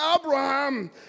Abraham